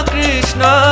Krishna